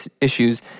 issues